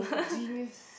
genius